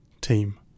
team